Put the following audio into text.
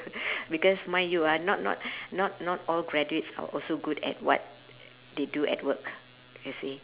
because mind you ah not not not not all graduates are also good at what they do at work you see